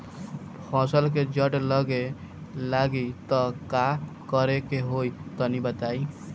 फसल के जड़ गले लागि त का करेके होई तनि बताई?